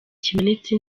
kimenetse